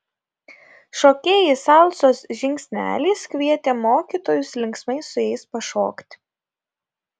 šokėjai salsos žingsneliais kvietė mokytojus linksmai su jais pašokti